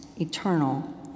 eternal